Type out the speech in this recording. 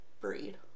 breed